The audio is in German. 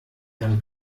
dann